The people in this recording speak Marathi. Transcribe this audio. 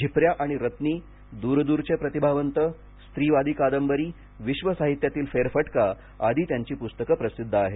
झिपऱ्या आणि रत्नी दूरदूरचे प्रतिभावंत स्त्रीवादी कादंबरी विश्व साहित्यातील फेरफटका आदी त्यांची पुस्तकं प्रसिद्ध आहेत